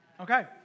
Okay